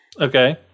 Okay